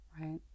right